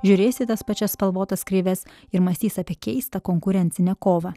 žiūrės į tas pačias spalvotas kreives ir mąstys apie keistą konkurencinę kovą